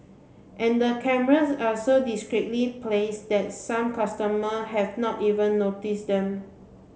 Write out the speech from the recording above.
and the cameras are so discreetly placed that some customer have not even notice them